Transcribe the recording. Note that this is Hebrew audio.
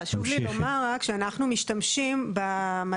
חשוב לי לומר רק שאנחנו משתמשים במדד